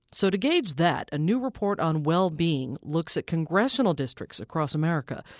so to gauge that, a new report on well-being looks at congressional districts across america.